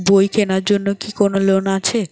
বই কেনার জন্য কি কোন লোন আছে?